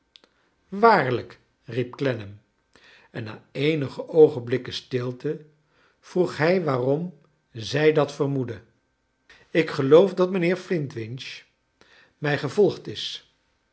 waarlijk riep clennam en na eenigq oogenblikken stilte vroeg hij waarom zij dat vermoedde ik gel oof dat mijnheer e i in t winch mij gevolgd is